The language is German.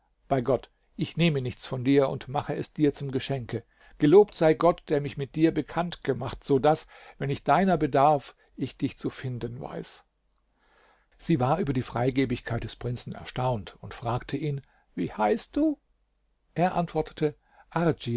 bei gott ich nehme nichts von dir und mache es dir zum geschenke gelobt sei gott der mich mit dir bekannt gemacht so daß wenn ich deiner bedarf ich dich zu finden weiß sie war über die freigebigkeit des prinzen erstaunt und fragte ihn wie heißt du er antwortete